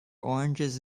oranges